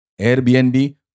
Airbnb